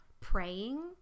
praying